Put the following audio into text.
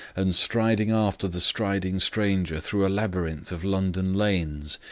and striding after the striding stranger through a labyrinth of london lanes,